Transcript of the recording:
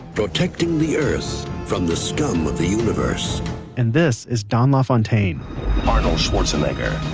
protecting the earth from the scum of the universe and this is don lafontaine arnold schwarzenegger,